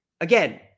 again